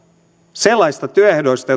sellaisista työehdoista